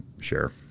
share